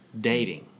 dating